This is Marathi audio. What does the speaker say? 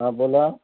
हा बोला